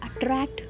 attract